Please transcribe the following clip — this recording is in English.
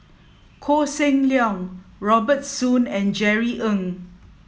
Koh Seng Leong Robert Soon and Jerry Ng